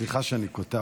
סליחה שאני קוטע,